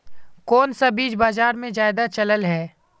कोन सा बीज बाजार में ज्यादा चलल है?